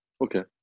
Okay